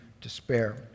despair